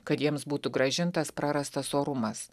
kad jiems būtų grąžintas prarastas orumas